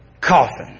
coffin